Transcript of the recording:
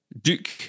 Duke